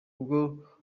ubwo